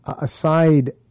aside